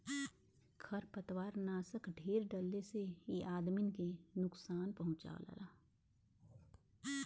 खरपतवारनाशक ढेर डलले से इ आदमी के नुकसान पहुँचावला